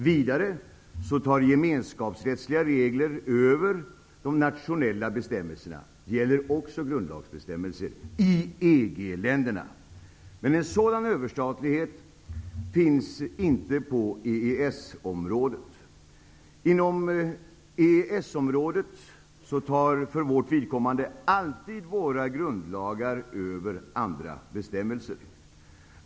Vidare tar gemenskapsrättsliga regler över de nationella bestämmelserna, och det gäller också grundlagsbestämmelser, i EG-länderna. Men en sådan överstatlighet finns inte på EES-området. Inom EES-området tar för vårt vidkommande alltid våra grundlagar över andra bestämmelser.